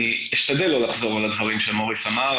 אני אשתדל לא לחזור על הדברים שמוריס אמר,